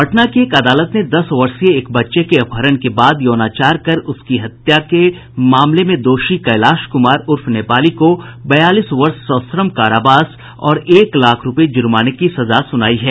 पटना की एक अदालत ने दस वर्षीय एक बच्चे के अपहरण के बाद यौनाचार कर उसकी हत्या के मामले में दोषी कैलाश क्मार उर्फ नेपाली को बयालीस वर्ष सश्रम कारावास और एक लाख रूपये जुर्माने की सजा सुनाई है